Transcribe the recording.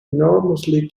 enormously